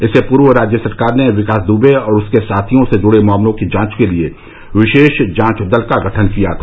इससे पूर्व राज्य सरकार ने विकास दुबे और उसके साथियों से जुड़े मामलों की जांच के लिए विशेष जांच दल का गठन किया था